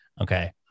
Okay